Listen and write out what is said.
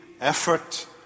Effort